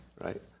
right